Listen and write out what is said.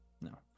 No